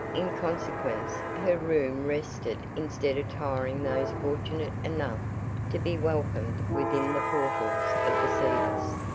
in consequence, her room rested instead of tiring those fortunate enough to be welcomed within the portals of the cedars.